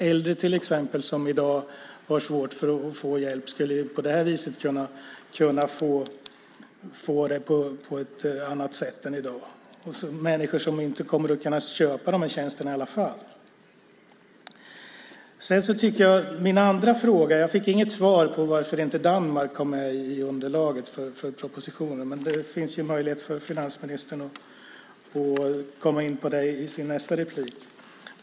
Äldre som till exempel i dag har svårt att få hjälp skulle på det viset kunna få det på ett annat sätt. Det är människor som i varje fall inte kommer att kunna köpa de tjänsterna. Jag fick inget svar på varför inte Danmark kom med i underlaget för propositionen. Men det finns ju möjlighet för finansministern att komma in på det i sin nästa replik.